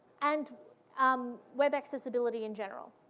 and um web accessibility and general.